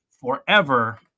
forever